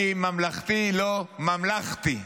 אני ממלכתי, לא ממלכתי,